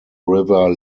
river